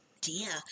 Dear